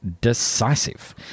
decisive